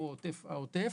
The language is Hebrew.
או העוטף,